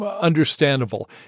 understandable